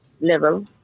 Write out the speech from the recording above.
level